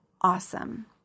awesome